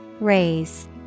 Raise